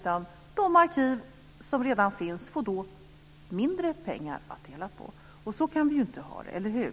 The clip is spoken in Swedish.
De arkiv som redan finns får då mindre pengar att dela på. Så kan vi inte ha det, eller hur?